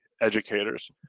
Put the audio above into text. educators